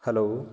hello